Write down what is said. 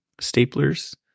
staplers